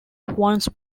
once